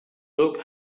look